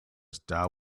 star